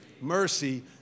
Mercy